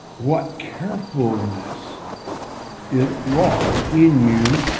what carefulness it wrought in you,